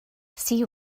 sea